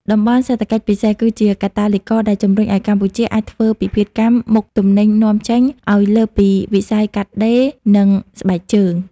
តំបន់សេដ្ឋកិច្ចពិសេស គឺជាកាតាលីករដែលជំរុញឱ្យកម្ពុជាអាចធ្វើពិពិធកម្មមុខទំនិញនាំចេញ ឱ្យលើសពីវិស័យកាត់ដេរ និងស្បែកជើង។